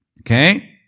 okay